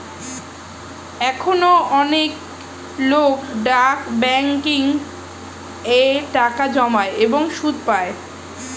এখনো অনেক লোক ডাক ব্যাংকিং এ টাকা জমায় এবং সুদ পায়